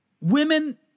women